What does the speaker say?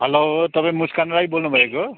हलो तपाईँ मुस्कान राई बोल्नुभएको हो